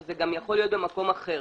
שזה גם יכול להיות במקום אחר.